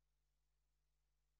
הכנסת הילה שי